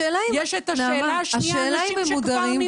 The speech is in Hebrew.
ושאלה שנייה לגבי אנשים שכבר נמצאים כאן.